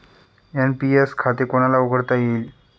NPS खाते कोणाला उघडता येईल?